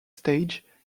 stage